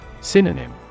Synonym